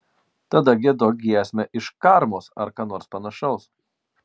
tada giedok giesmę iš karmos ar ką nors panašaus